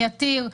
יתיר,